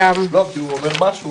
נתונים.